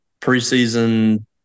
preseason